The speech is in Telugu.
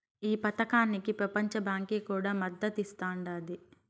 ఈ పదకానికి పెపంచ బాంకీ కూడా మద్దతిస్తాండాది